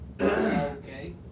Okay